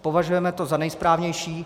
Považujeme to za nejsprávnější.